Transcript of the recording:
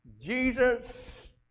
Jesus